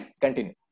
continue